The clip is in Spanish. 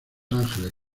ángeles